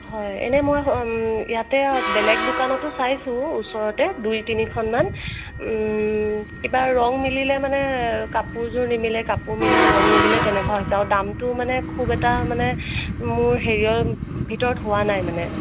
হয় এনে মই ইয়াতে বেলেগ দোকানতো চাইছোঁ ওচৰতে দুই তিনিখন মান কিবা ৰং মিলিলে মানে কাপোৰজোৰ নিমিলে কাপোৰ মিলিলে ৰং নিমিলে তেনেকুৱা হৈছে আৰু দামটো মানে খুব এটা মানে মোৰ হেৰিয়ৰ ভিতৰত হোৱা নাই মানে